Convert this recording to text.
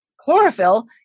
Chlorophyll